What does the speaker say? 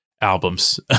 albums